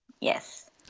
Yes